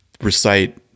recite